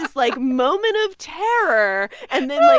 like, moment of terror and then,